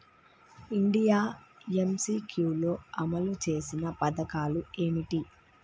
India MCQ లో అమలు చేసిన పథకాలు ఏమిటి?